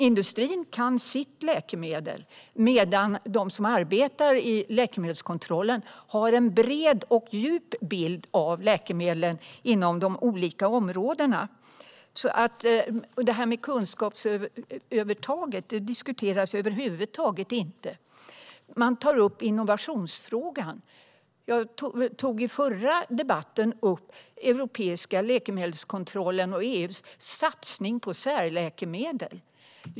Industrin kan sina läkemedel medan de som arbetar i läkemedelskontrollen har en bred och djup bild av läkemedlen inom de olika områdena. Kunskapsövertaget diskuteras över huvud taget inte. Man tar upp innovationsfrågan. Jag tog i den förra debatten upp den europeiska läkemedelskontrollen och EU:s satsning på särläkemedel.